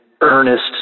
earnest